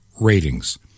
ratings